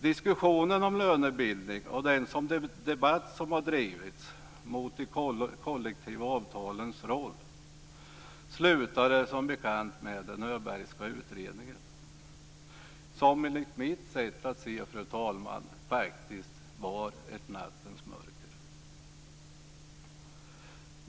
Diskussionen om lönebildning och den debatt som har drivits mot de kollektiva avtalens roll slutade som bekant med den Öbergska utredningen. Denna var enligt mitt sätt att se, fru talman, faktiskt ett nattens mörker.